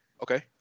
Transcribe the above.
Okay